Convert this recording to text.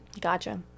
Gotcha